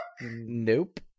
Nope